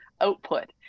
output